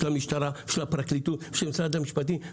המשטרה ושל הפרקליטות ושל משרד המשפטים,